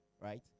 right